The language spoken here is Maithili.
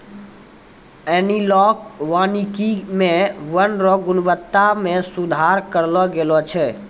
एनालाँक वानिकी मे वन रो गुणवत्ता मे सुधार करलो गेलो छै